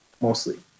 mostly